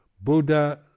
Buddha